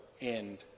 end